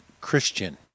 Christian